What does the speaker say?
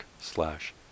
slash